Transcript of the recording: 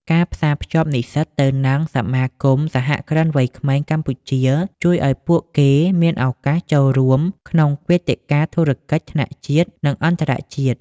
ការផ្សារភ្ជាប់និស្សិតទៅនឹង សមាគមសហគ្រិនវ័យក្មេងកម្ពុជា ជួយឱ្យពួកគេមានឱកាសចូលរួមក្នុងវេទិកាធុរកិច្ចថ្នាក់ជាតិ និងអន្តរជាតិ។